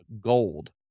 gold